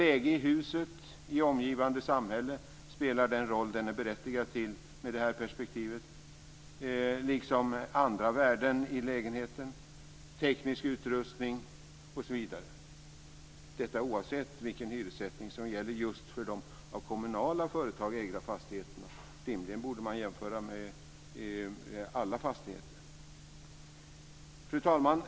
Läget i huset och i omgivande samhälle ska spela den roll som är berättigad med det här perspektivet. Det gäller även andra värden i lägenheten, teknisk utrustning osv. Så ska det vara oavsett vilken hyressättning som gäller just för de av kommunala företag ägda fastigheterna. Rimligen borde man jämföra med alla fastigheter. Fru talman!